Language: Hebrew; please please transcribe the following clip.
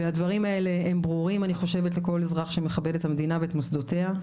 אני חושבת שהדברים האלה ברורים לכל אזרח שמכבד את המדינה ואת מוסדותיה.